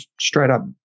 straight-up